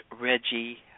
Reggie